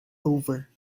over